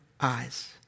eyes